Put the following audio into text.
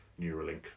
Neuralink